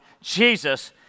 Jesus